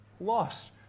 lost